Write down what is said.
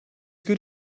good